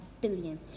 billion